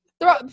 Throw